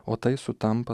o tai sutampa